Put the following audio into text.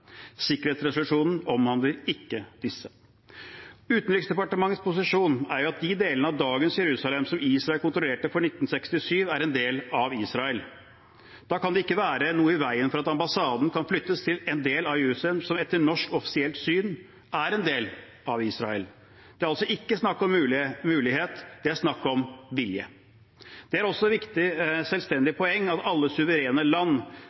Sikkerhetsresolusjonen omhandler ikke disse. Utenriksdepartementets posisjon er at de delene av dagens Jerusalem som Israel kontrollerte før 1967, er en del av Israel. Da kan det ikke være noe i veien for at ambassaden kan flyttes til en del av Jerusalem som etter norsk offisielt syn er en del av Israel. Det er altså ikke snakk om mulighet, det er snakk om vilje. Det er også et selvstendig poeng at alle suverene land